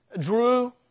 Drew